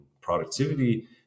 productivity